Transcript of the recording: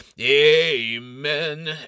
Amen